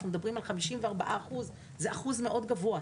אנחנו מדברים על 54%. זה אחוז מאוד גבוה.